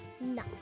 No